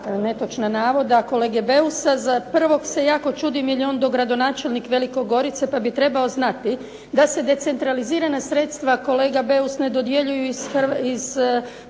netočna navoda kolege Beusa. Za prvog se jako čudim jer je on dogradonačelnik Velike Gorice pa bi trebao znati da se decentralizirana sredstva kolega Beus ne dodjeljuju iz proračuna